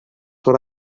what